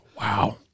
Wow